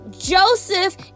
Joseph